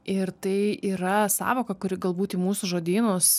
ir tai yra sąvoka kuri galbūt į mūsų žodynus